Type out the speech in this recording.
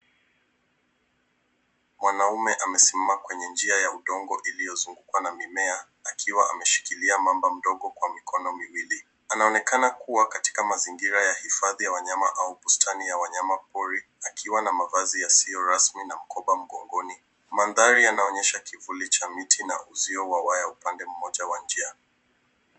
Mwanaume amesimama kwenye njia ya udongo iliyosukwa na mimea akiwa ameshikilia mamba mdogo kwa mikono miwili. Anaonekana kuwa katika mazingira ya hifadhi ya wanyama au bustani ya wanyama pori akiwa na mavazi yasiyo rasmi na mkoba mgongoni. Mandhari yanaonyesha kivuli cha mti na usio wa waya upande moja wa njia.